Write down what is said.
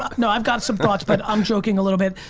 no i've got some thoughts but i'm joking a little bit.